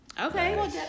Okay